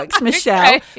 Michelle